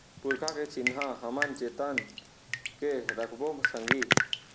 पुरखा के चिन्हा हमन जतन के रखबो संगी